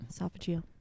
Esophageal